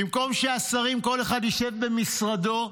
במקום שהשרים, כל אחד ישב במשרדו,